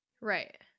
right